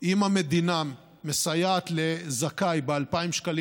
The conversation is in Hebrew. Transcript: אם המדינה מסייעת לזכאי ב-2,000 שקלים